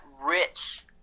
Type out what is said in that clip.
rich